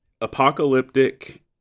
apocalyptic